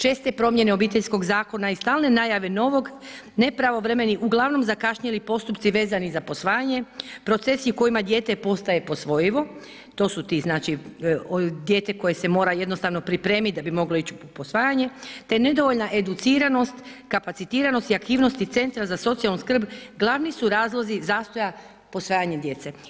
Česte promjene obiteljskog zakona i stalne najave novog, nepravovremeni, uglavnom zakašnjeli postupci vezani za posvajanje, procesi u kojima dijete postaje posvojivo, to su ti znači, dijete koje se mora jednostavno pripremit da bi moglo ić u posvajanje te nedovoljna educiranost, kapacitiranost i aktivnosti Centra za socijalni skrb glavni su razlozi zastoja posvajanje djece.